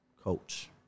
Coach